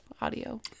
Audio